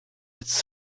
its